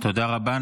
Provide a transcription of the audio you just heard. תודה רבה.